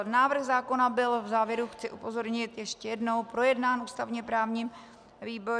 Návrh zákona byl v závěru chci upozornit ještě jednou projednán v ústavněprávním výboru.